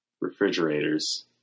refrigerators